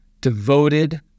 devoted